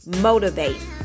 motivate